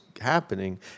happening